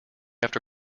after